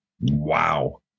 Wow